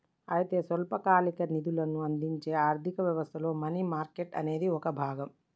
అయితే స్వల్పకాలిక నిధులను అందించే ఆర్థిక వ్యవస్థలో మనీ మార్కెట్ అనేది ఒక భాగం